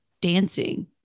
dancing